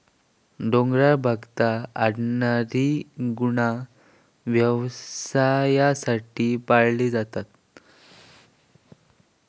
डोंगराळ भागात आढळणारी गुरा व्यवसायासाठी पाळली जातात